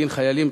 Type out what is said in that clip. דין חיילים),